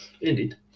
indeed